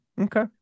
Okay